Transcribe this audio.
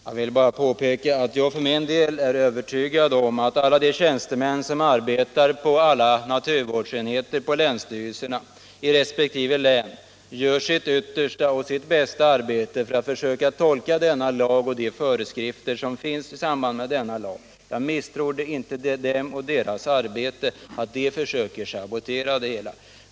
Herr talman! Jag vill bara påpeka att jag för min del är övertygad om att alla tjänstemän som arbetar inom naturvårdsenheterna på länsstyrelserna i resp. län gör sitt yttersta och sitt bästa arbete för att försöka tolka denna lag och de föreskrifter som finns kring lagen. Jag misstror inte dem och deras arbete och tror inte att de försöker sabotera det hela.